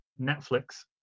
Netflix